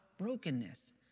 brokenness